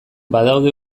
badaude